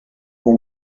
pour